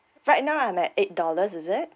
right now I'm at eight dollars is it